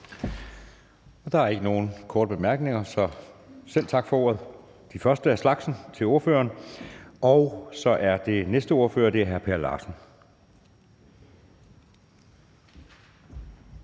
Der er ikke nogen korte bemærkninger, så selv tak for ordet og for talen – den første af slagsen for ordføreren. Og den næste ordfører er hr. Per Larsen.